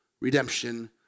redemption